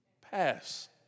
pass